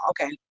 okay